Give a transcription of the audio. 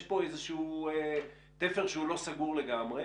יש פה תפר שהוא לא סגור לגמרי,